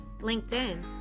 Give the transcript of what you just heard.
LinkedIn